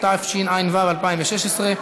התשע"ו 2016,